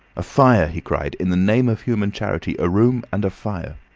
a fire, he cried, in the name of human charity! a room and a fire!